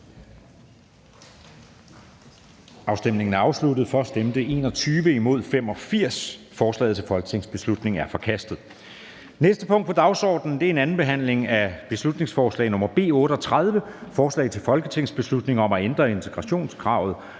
hverken for eller imod stemte 0. Forslaget til folketingsbeslutning er forkastet. --- Det næste punkt på dagsordenen er: 65) 2. (sidste) behandling af beslutningsforslag nr. B 38: Forslag til folketingsbeslutning om at ændre integrationskravet